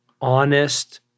honest